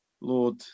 lord